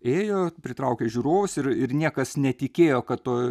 ėjo pritraukė žiūrovus ir ir niekas netikėjo kad to